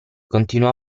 continuò